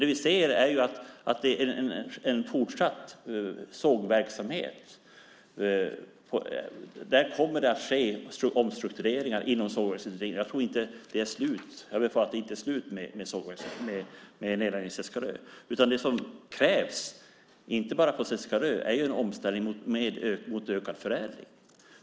Det vi ser är en fortsatt sågverksamhet. Det kommer att ske omstruktureringar inom sågverksindustrin. Jag tror inte att det är slut i och med nedläggningen på Seskarö. Det som krävs, inte bara på Seskarö, är en omställning mot ökad förädling.